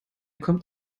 kommt